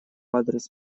адрес